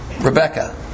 Rebecca